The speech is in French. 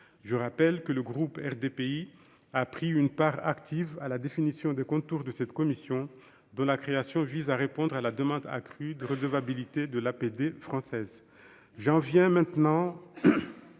Je rappelle que le groupe RDPI a pris une part active à la définition des contours de cette commission, dont la création vise à répondre à la demande accrue de redevabilité de l'aide publique au